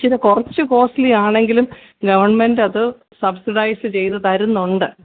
പക്ഷേ ഇത് കുറച്ച് കോസ്റ്റ്ലിയാണെങ്കിലും ഗവൺമെൻറ്റ് അത് സബ്സിഡൈസ്സ് ചെയ്തുതരുന്നുണ്ട്